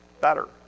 better